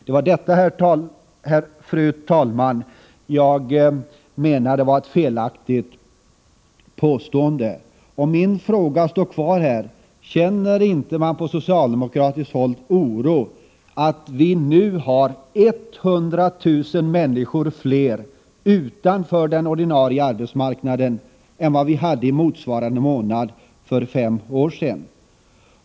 Det var det, fru talman, som jag menade var ett felaktigt påstående. Mina frågor kvarstår: Känner man inte på socialdemokratiskt håll oro över att vi nu har 100 000 fler utanför den ordinarie arbetsmarknaden än vi hade motsvarande månad för fem år sedan?